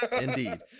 indeed